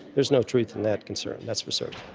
there's no truth in that concern, that's for certain.